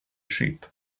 sheep